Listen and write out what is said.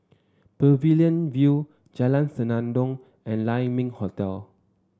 Pavilion View Jalan Senandong and Lai Ming Hotel